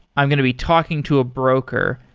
i'm going to be talking to a broker,